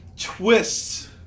twists